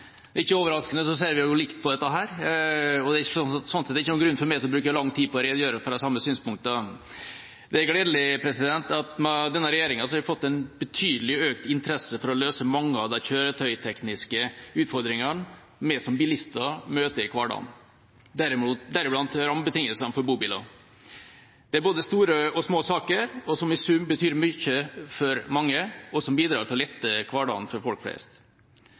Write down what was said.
og god gjennomgang av saken. Ikke overraskende ser vi likt på dette. Sånn sett er det ikke noen grunn for meg til å bruke lang tid på å redegjøre for de samme synspunktene. Det er gledelig at vi med denne regjeringa har fått en betydelig økt interesse for å løse mange av de kjøretøytekniske utfordringene vi som bilister møter i hverdagen, deriblant rammebetingelsene for bobiler. Det er både store og små saker, som i sum betyr mye for mange, og som bidrar til å lette hverdagen for folk flest.